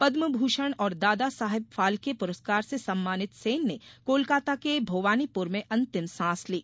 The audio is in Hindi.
पद्मभूषण और दादा साहेब फाल्के पुरस्कार से सम्मानित सेन ने कोलकाता के भोवानीपुर में अंतिम सांस ली